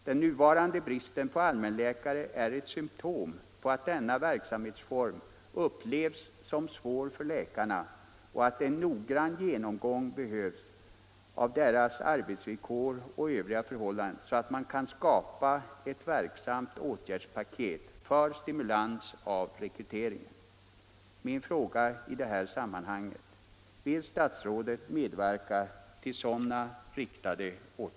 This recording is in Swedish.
Den nuvarande bristen på allmänläkare är ett symtom på att denna verksamhetsform upplevs som svår för läkarna och att en noggrann genomgång behövs av deras arbetsvillkor och övriga förhållanden, så att man kan skapa ett verksamt